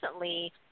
recently